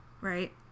Right